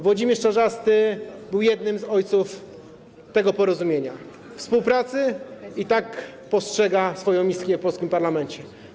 Włodzimierz Czarzasty był jednym z ojców tego porozumienia, współpracy i tak postrzega swoją misję w polskim parlamencie.